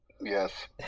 Yes